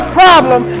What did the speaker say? problem